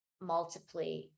multiply